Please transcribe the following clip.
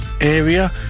area